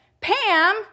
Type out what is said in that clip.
Pam